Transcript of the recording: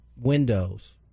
windows